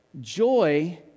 Joy